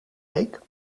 week